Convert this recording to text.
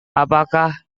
apakah